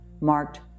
marked